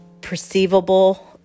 perceivable